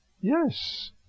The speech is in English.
Yes